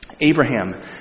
Abraham